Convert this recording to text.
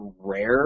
rare